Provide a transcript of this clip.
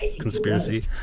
Conspiracy